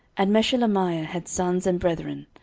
and meshelemiah had sons and brethren,